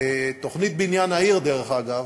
תוכנית בניין העיר, דרך אגב,